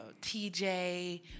TJ